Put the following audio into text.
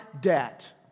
debt